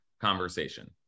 conversation